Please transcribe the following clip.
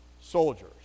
soldiers